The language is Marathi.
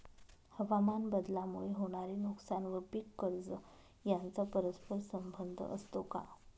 हवामानबदलामुळे होणारे नुकसान व पीक कर्ज यांचा परस्पर संबंध असतो का?